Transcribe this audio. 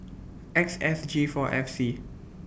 X S G four F C